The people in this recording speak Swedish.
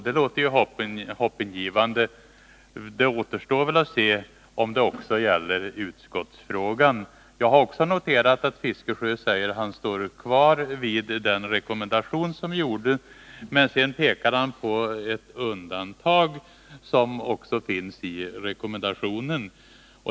Det låter hoppingivande, men det återstår att se om det också gäller utskottsfrågan. Jag har också noterat att Bertil Fiskesjö säger att han står kvar vid den rekommendation som tidigare gjordes. Men sedan pekar han på ett undantag, som också finns i rekommendationen.